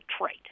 trait